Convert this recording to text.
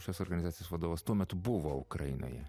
šios organizacijos vadovas tuo metu buvo ukrainoje